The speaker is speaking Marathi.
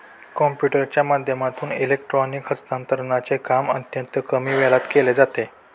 कम्प्युटरच्या माध्यमातून इलेक्ट्रॉनिक हस्तांतरणचे काम अत्यंत कमी वेळात केले जाते